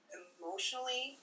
emotionally